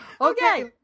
Okay